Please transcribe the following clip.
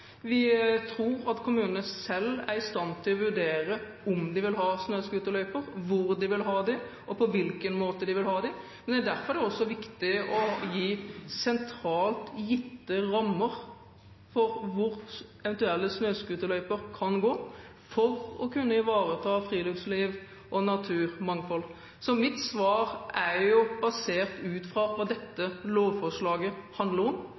Vi tror at kommunene selv er i stand til å vurdere om de vil ha snøscooterløyper, hvor de vil ha dem og på hvilken måte de vil ha dem. Men det er derfor det også er viktig å gi sentralt gitte rammer for hvor eventuelle snøscooterløyper kan gå – for å kunne ivareta friluftsliv og naturmangfold. Mitt svar er basert på hva dette lovforslaget handler om,